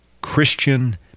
Christian